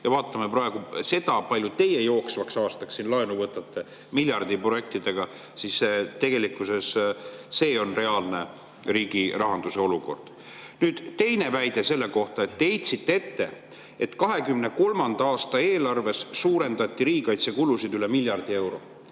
Ja vaatame praegu seda, kui palju teie jooksvaks aastaks laenu võtate miljardiprojektidega. Tegelikkuses see on riigi rahanduse olukord. Nüüd teine väide. Te heitsite ette, et 2023. aasta eelarves suurendati riigikaitsekulusid üle miljardi euro.